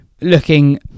Looking